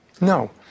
No